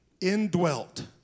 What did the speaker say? indwelt